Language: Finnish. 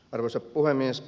arvoisa puhemies